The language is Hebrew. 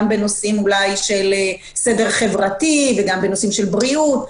גם בנושאים של סדר חברתי וגם בנושאים של בריאות.